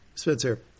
Spencer